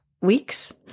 weeks